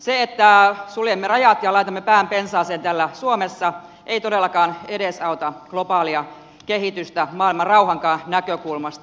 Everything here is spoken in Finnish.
se että suljemme rajat ja laitamme pään pensaaseen täällä suomessa ei todellakaan edesauta globaalia kehitystä maailmanrauhankaan näkökulmasta